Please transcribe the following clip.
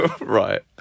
right